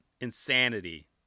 insanity